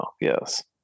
Yes